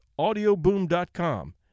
Audioboom.com